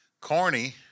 corny